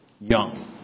young